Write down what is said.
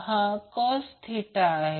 येथे प्रॉब्लेम थोडा ट्विस्टेड आहे